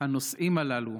הנוסעים הללו,